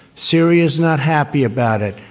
syria is not happy about it.